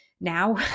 now